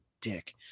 Dick